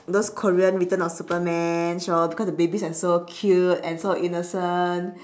those korean return of superman show because the babies are so cute and so innocent